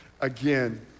again